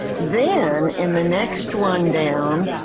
then in the next one down,